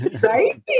Right